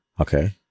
okay